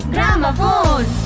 Gramophone